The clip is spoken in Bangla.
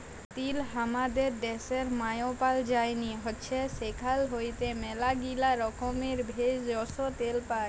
তিল হামাদের ড্যাশের মায়পাল যায়নি হৈচ্যে সেখাল হইতে ম্যালাগীলা রকমের ভেষজ, তেল পাই